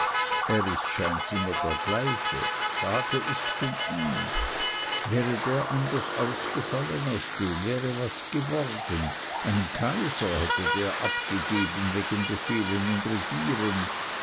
er ist scheints immer der gleiche schade ists um ihn wäre der anders ausgefallen aus dem wäre was geworden einen kaiser hätte er abgegeben wegen befehlen und regieren